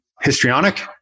histrionic